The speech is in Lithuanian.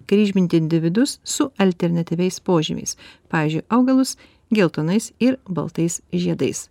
kryžminti individus su alternatyviais požymiais pavyzdžiui augalus geltonais ir baltais žiedais